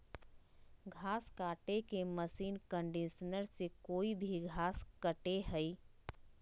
घास काटे के मशीन कंडीशनर से कोई भी घास कटे हइ